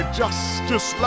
justice